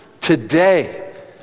today